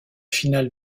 finale